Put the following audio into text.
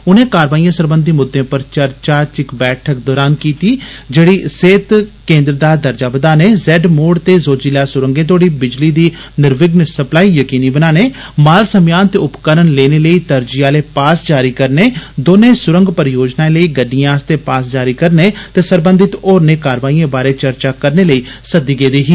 इने कारवाइएं सरबंधी मुद्दे पर चर्चा इक बैठका दौरान कीती गेई जेडी सेहत केन्द्रें दा दर्जा बधाने मोड़ ने जोजिला सुरंगे तोड़ी बिजली दी निर्विधन सप्लाई यकीनी बनाने माल मम्यान ते उपकरण लेने लेई तरजीह आले पास जारी करने दोनें सुरंग परियोजनाएं लेई गड्डिएं आस्तै पास जारी करने ते सरबंधित होरने कारवाइएं बारै चर्चा करने लेई सद्दी गेदी ही